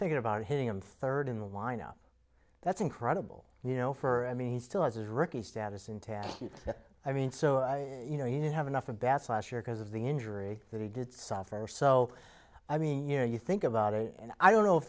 thinking about hitting him third in the lineup that's incredible you know for i mean he still has rookie status intact i mean so you know he didn't have enough of bats last year because of the injury that he did suffer so i mean you know you think about it and i don't know if